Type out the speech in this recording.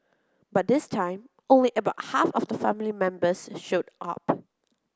but this time only about half of the family members showed up